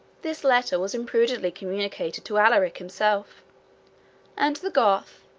this letter was imprudently communicated to alaric himself and the goth,